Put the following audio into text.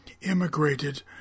immigrated